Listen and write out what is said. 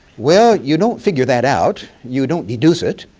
well you don't figure that out. you don't deduce it.